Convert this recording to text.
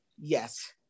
Yes